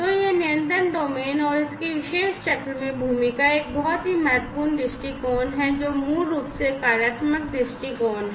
तो यह नियंत्रण डोमेन और इसकी विशेष चक्र में भूमिका एक बहुत ही महत्वपूर्ण दृष्टिकोण है जो मूल रूप से कार्यात्मक दृष्टिकोण है